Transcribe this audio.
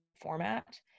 format